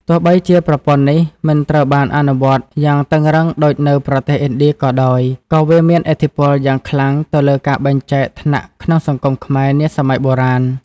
ទោះបីជាប្រព័ន្ធនេះមិនត្រូវបានអនុវត្តយ៉ាងតឹងរ៉ឹងដូចនៅប្រទេសឥណ្ឌាក៏ដោយ ក៏វាមានឥទ្ធិពលយ៉ាងខ្លាំងទៅលើការបែងចែកថ្នាក់ក្នុងសង្គមខ្មែរនាសម័យបុរាណ។